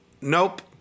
Nope